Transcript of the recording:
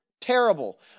Terrible